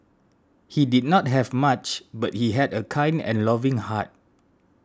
he did not have much but he had a kind and loving heart